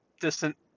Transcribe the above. Distant